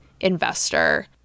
investor